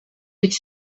could